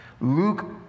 Luke